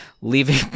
leaving